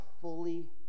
fully